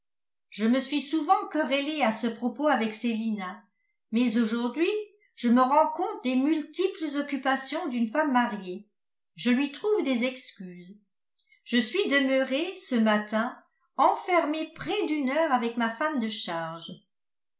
je me suis souvent querellée à ce propos avec célina mais aujourd'hui je me rends compte des multiples occupations d'une femme mariée je lui trouve des excuses je suis demeurée ce matin enfermée près d'une heure avec ma femme de charge